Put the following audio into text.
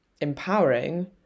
empowering